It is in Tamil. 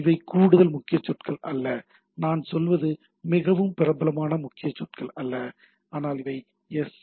இவை கூடுதல் முக்கிய சொற்கள் அல்ல நாங்கள் சொல்வது மிகவும் பிரபலமான முக்கிய சொற்கள் அல்ல ஆனால் இவை எஸ்